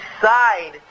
decide